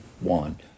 one